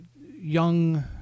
young